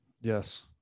Yes